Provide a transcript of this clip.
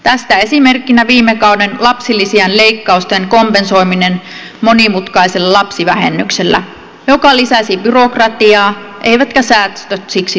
tästä esimerkkinä viime kauden lapsilisien leikkausten kompensoiminen monimutkaisella lapsivähennyksellä joka lisäsi byrokratiaa eivätkä säästöt siksi toteutuneet